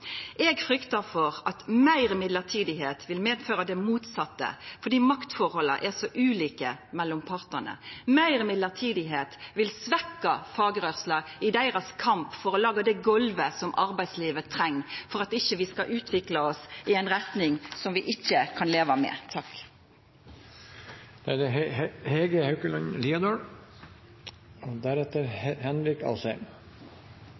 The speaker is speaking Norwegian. Eg fryktar for at meir bruk av mellombels tilsetjing vil medføra det motsette fordi makttilhøva er så ulike mellom partane, og at det vil svekkja fagrørsla i deira kamp for å laga det golvet som arbeidslivet treng for at vi ikkje skal utvikla oss i ei retning som vi ikkje kan leva med. Når jeg i dag tar ordet i denne debatten, er det